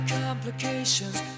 complications